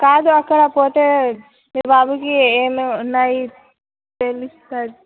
కాదు అక్కడ పోతే మీ బాబుకి ఏమి ఉన్నాయి తెలుస్తుంది